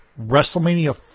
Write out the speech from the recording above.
WrestleMania